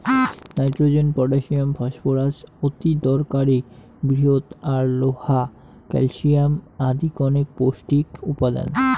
nitrogen, potassium, phosphorus অতিদরকারী বৃহৎ আর লোহা, ক্যালশিয়াম আদি কণেক পৌষ্টিক উপাদান